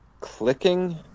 clicking